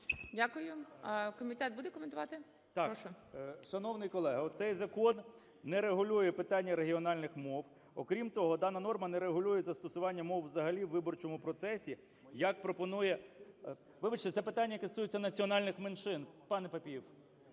Прошу. КНЯЖИЦЬКИЙ М.Л. Шановний колего, цей закон не регулює питання регіональних мов. Окрім того, дана норма не регулює застосування мов взагалі у виборчому процесі, як пропонує…Вибачте, це питання, яке стосується національних меншин. Пане Папієв,